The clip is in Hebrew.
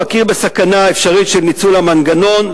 מכיר בסכנה אפשרית של ניצול המנגנון,